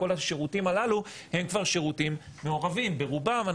כל השירותים הללו הם כבר שירותים מעורבים ברובם.